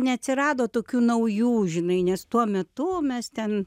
neatsirado tokių naujų žinai nes tuo metu mes ten